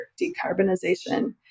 decarbonization